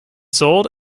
sold